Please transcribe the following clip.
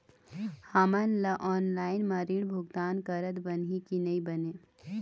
हमन ला ऑनलाइन म ऋण भुगतान करत बनही की नई बने?